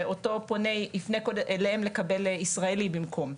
שאותו פונה יפנה קודם אליהם על מנת לקבל עובד ישראלי במקום.